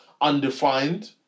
undefined